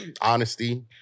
honesty